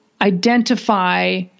identify